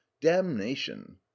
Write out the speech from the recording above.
damnation